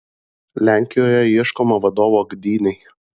lenkijoje ieškoma vadovo gdynei